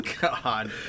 God